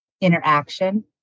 interaction